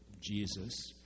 Jesus